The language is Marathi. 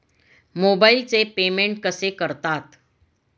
मोबाइलचे पेमेंट कसे करतात?